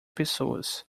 pessoas